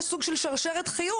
יש סוג של שרשרת חיול,